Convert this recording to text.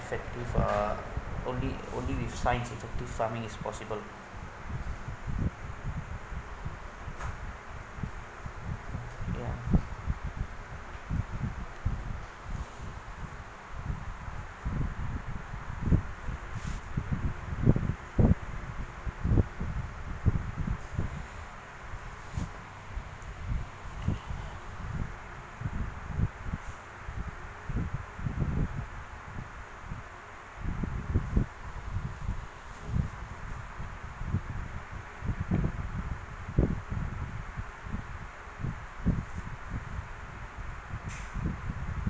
effective uh only only with science effective farming is possible ya